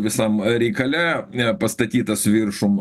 visam reikale nepastatytas viršum